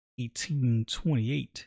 1828